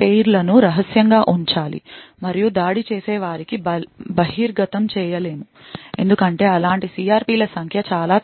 పెయిర్లను రహస్యంగా ఉంచాలి మరియు దాడి చేసేవారికి బహిర్గతం చేయలేము ఎందుకంటే అలాంటి CRP ల సంఖ్య చాలా తక్కువ